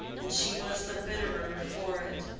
and she was the bitterer for it.